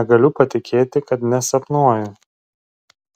negaliu patikėti kad nesapnuoju